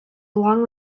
along